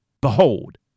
behold